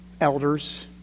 elders